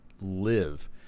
live